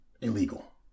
illegal